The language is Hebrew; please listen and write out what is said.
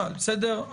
למשל,